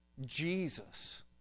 Jesus